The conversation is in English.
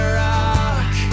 rock